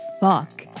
fuck